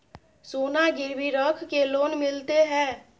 सोना गिरवी रख के लोन मिलते है?